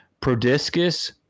Prodiscus